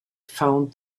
found